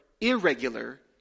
irregular